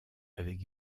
avec